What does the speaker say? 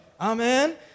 Amen